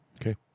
Okay